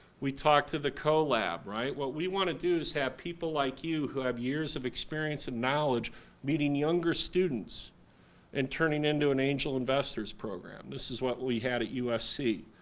we talked to the coe lab, right, what we want to do is have people like you who have years of experience and knowledge meeting younger students and turning it into an angel's investors program. this is what we had at usc.